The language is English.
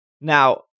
Now